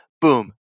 boom